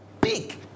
big